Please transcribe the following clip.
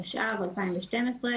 התשע"ב 2012,